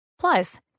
Plus